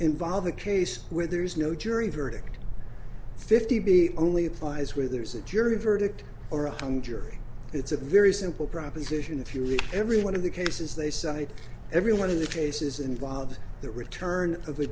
involve a case where there is no jury verdict fifty b only applies where there's a jury verdict or a hung jury it's a very simple proposition if you read every one of the cases they cite every one of the cases involved the return of